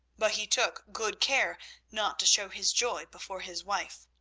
but he took good care not to show his joy before his wife.